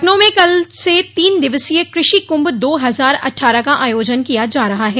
लखनऊ में कल से तीन दिवसीय कृषि कुंभ दो हजार अट्ठारह का आयोजन किया जा रहा है